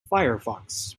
firefox